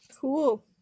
Cool